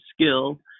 skill